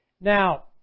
Now